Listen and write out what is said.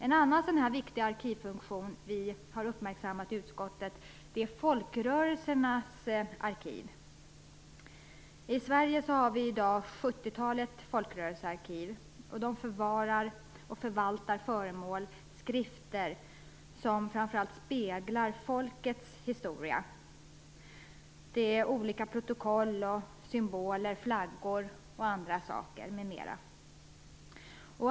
En annan viktig arkivfunktion som vi har uppmärksammat i utskottet, är folkrörelsernas arkiv. I Sverige har vi i dag ett 70-tal folkrörelsearkiv. De förvarar och förvaltar föremål och skrifter som framför allt speglar folkets historia. Det handlar om olika protokoll, symboler, flaggor m.m.